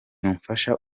mufasha